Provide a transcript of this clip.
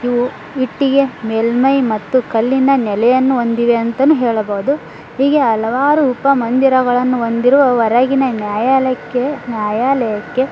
ಇವು ಇಟ್ಟಿಗೆ ಮೇಲ್ಮೈ ಮತ್ತು ಕಲ್ಲಿನ ನೆಲೆಯನ್ನು ಹೊಂದಿವೆ ಅಂತಲೂ ಹೇಳಬೋದು ಹೀಗೆ ಹಲವಾರು ಉಪ ಮಂದಿರಗಳನ್ನು ಹೊಂದಿರುವ ಹೊರಗಿನ ನ್ಯಾಯಾಲಯಕ್ಕೆ ನ್ಯಾಯಾಲಯಕ್ಕೆ